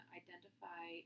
identify